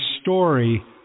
story